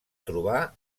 trobar